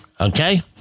Okay